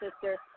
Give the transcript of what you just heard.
Sister